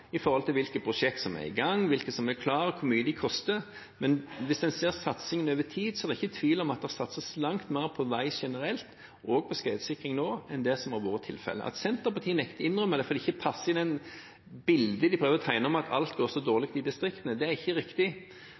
til hvilke prosjekter som er i gang, hvilke som er klare, hvor mye de koster. Men hvis en ser satsingen over tid, er det ikke tvil om at det satses langt mer på vei generelt og på skredsikring nå enn det som har vært tilfellet. Senterpartiet nekter å innrømme det fordi det ikke passer inn i det bildet de prøver å tegne av at alt går så dårlig i distriktene. Det er ikke riktig.